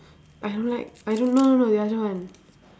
I don't like I don't no no no the other one